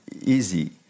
easy